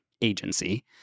agency